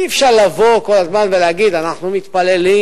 אי-אפשר כל הזמן לבוא ולהגיד: אנחנו מתפללים,